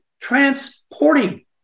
transporting